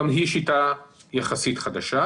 גם היא שיטה יחסית חדשה.